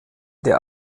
der